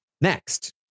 next